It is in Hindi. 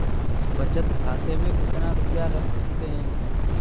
बचत खाते में कितना रुपया रख सकते हैं?